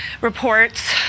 reports